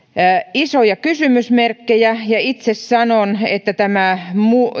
isoja kysymysmerkkejä itse sanon että